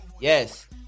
Yes